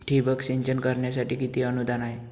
ठिबक सिंचन करण्यासाठी किती अनुदान आहे?